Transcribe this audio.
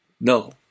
no